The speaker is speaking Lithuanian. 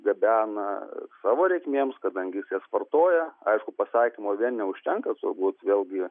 gabena savo reikmėms kadangi jis jas vartoja aišku pasakymo vien neužtenka turbūt vėlgi